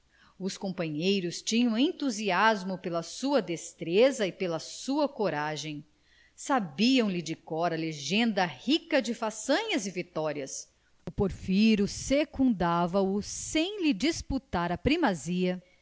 os companheiros tinham entusiasmo pela sua destreza e pela sua coragem sabiam lhe de cor a legenda rica de façanhas e vitórias o porfiro secundava o sem lhe disputar a primazia